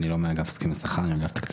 אני באגף תקציבים.